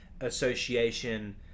Association